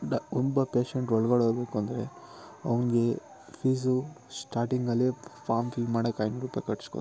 ಡಾ ಒಬ್ಬ ಪೇಷಂಟ್ ಒಳಗಡೆ ಹೋಗ್ಬೇಕು ಅಂದರೆ ಅವ್ನಿಗೆ ಫೀಸು ಸ್ಟಾಟಿಂಗಲ್ಲಿ ಫಾಮ್ ಫಿಲ್ ಮಾಡೋಕ್ ಐನೂರು ರುಪಾಯಿ ಕಟ್ಟಿಸ್ಕೋತಾರೆ